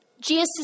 Jesus